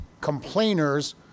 complainers